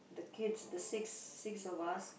the kids the six six of us